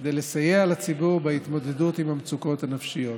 כדי לסייע לציבור בהתמודדות עם המצוקות הנפשיות.